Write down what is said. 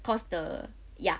cause the ya